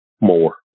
more